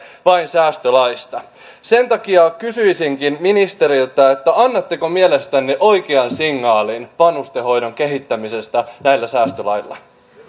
vain säästölaista sen takia kysyisinkin ministeriltä annatteko mielestänne oikean signaalin vanhustenhoidon kehittämisestä näillä säästölaeilla